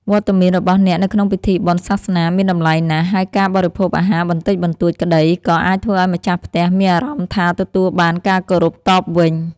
វត្តមានរបស់អ្នកនៅក្នុងពិធីបុណ្យសាសនាមានតម្លៃណាស់ ហើយការបរិភោគអាហារបន្តិចបន្តួចក្តី ក៏អាចធ្វើឱ្យម្ចាស់ផ្ទះមានអារម្មណ៍ថាទទួលបានការគោរពតបវិញ។